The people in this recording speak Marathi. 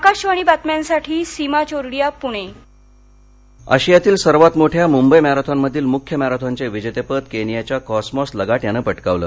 आकाशवाणी बातम्यांसाठी सीमा चोरडिया पुणे मंबई मरेथॉन आशियातील सर्वांत मोठ्या मुंबई मॅरेथॉन मधील मुख्य मॅरेथॉनचे विजेतेपद केनियाच्या कॉसमॉस लगाट यानं पटकावल